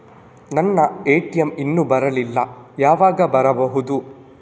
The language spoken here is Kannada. ನನ್ನ ಎ.ಟಿ.ಎಂ ಇನ್ನು ಬರಲಿಲ್ಲ, ಯಾವಾಗ ಬರಬಹುದು?